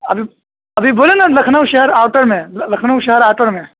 ابھی ابھی بولے نا لکھنؤ شہر آؤٹر میں لکھنؤ شہر آوٹر میں